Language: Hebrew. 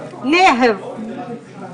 המציאות